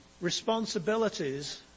responsibilities